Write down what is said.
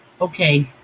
Okay